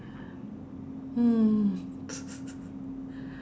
mm